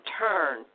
turn